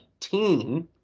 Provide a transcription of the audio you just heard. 18